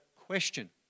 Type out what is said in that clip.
question